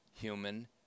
human